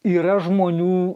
yra žmonių